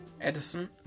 Edison